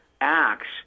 acts